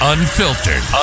Unfiltered